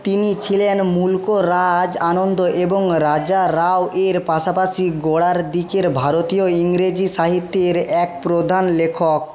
তিনি ছিলেন মুলক রাজ আনন্দ এবং রাজা রাও এর পাশাপাশি গোড়ার দিকের ভারতীয় ইংরেজি সাহিত্যের এক প্রধান লেখক